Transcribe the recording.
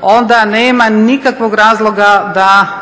onda nema nikakvog razloga da